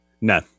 No